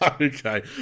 Okay